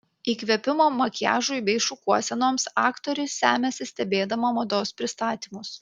įkvėpimo makiažui bei šukuosenoms aktorė semiasi stebėdama mados pristatymus